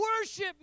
worship